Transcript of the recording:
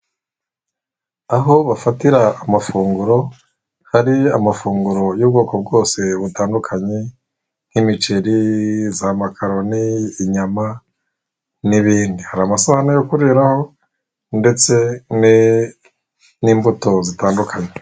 Aho bafatira amafunguro, hari amafunguro y'ubwoko bwose butandukanye, nk'imiceri, za makaroni, inyama n'ibindi. Hari amasahane yo kuriraho ndetse n'imbuto zitandukanye.